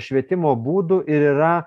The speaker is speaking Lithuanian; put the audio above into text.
švietimo būdų ir yra